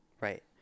Right